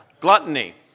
gluttony